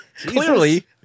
Clearly